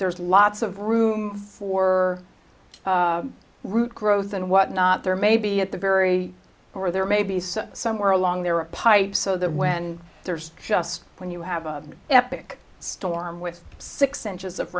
there's lots of room for root growth and what not there may be at the very core there maybe some somewhere along there or a pipe so that when there's just when you have a epic storm with six inches of